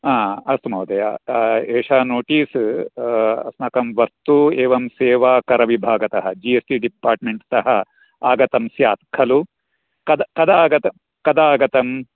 हा अस्तु महोदय एषा नोटीस् अस्माकं वस्तु एवं सेवाकरविभागतः जि एस् टि डिपार्ट्मेण्ट् तः आगतं स्यात् खलु कद कदा आगतं कदा आगतं